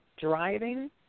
driving